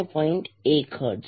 1 hertz